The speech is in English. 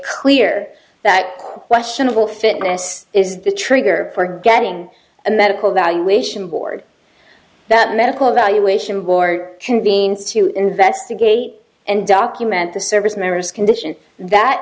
clear that questionable fitness is the trigger for getting a medical evaluation board that medical evaluation board convenes to investigate and document the service member's condition that